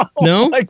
No